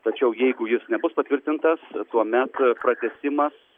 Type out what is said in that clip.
tačiau jeigu jis nebus patvirtintas tuomet pratęsimas